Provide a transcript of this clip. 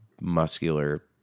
muscular